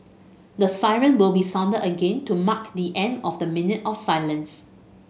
the siren will be sounded again to mark the end of the minute of silence